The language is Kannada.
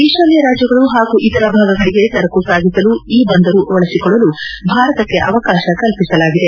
ಈಶಾನ್ಯ ರಾಜ್ಯಗಳು ಹಾಗೂ ಇತರ ಭಾಗಗಳಿಗೆ ಸರಕು ಸಾಗಿಸಲು ಈ ಬಂದರು ಬಳಸಿಕೊಳ್ಳಲು ಭಾರತಕ್ಕೆ ಅವಕಾಶ ಕಲ್ಪಿಸಲಾಗಿದೆ